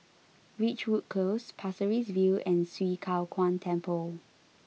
Ridgewood close Pasir Ris View and Swee Kow Kuan Temple